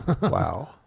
Wow